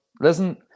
Listen